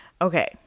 okay